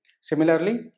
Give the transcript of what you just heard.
Similarly